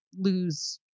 lose